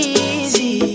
easy